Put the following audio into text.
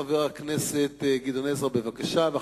חבר הכנסת גדעון עזרא, בבקשה.